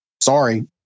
Sorry